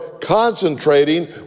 concentrating